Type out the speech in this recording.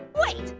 wait,